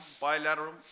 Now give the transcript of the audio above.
bilateral